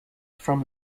from